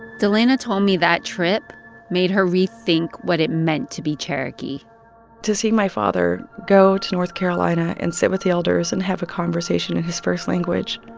delanna told me that trip made her rethink what it meant to be cherokee to see my father go to north carolina and sit with the elders and have a conversation in his first language,